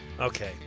Okay